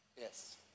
yes